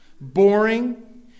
boring